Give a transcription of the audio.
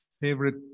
favorite